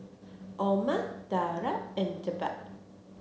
Omar Dara and Jebat